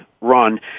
run